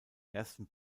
ersten